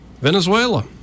Venezuela